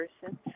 person